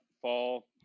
fall